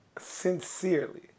sincerely